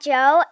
Joe